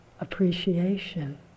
appreciation